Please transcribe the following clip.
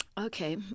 Okay